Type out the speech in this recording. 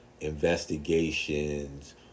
investigations